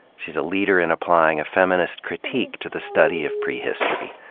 she's a leader in applying a feminist critique to the study of prehistory,